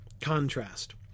contrast